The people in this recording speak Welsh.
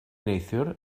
neithiwr